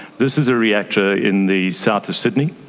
this is a reactor in the south of sydney.